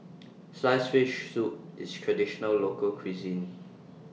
Sliced Fish Soup IS Traditional Local Cuisine